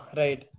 right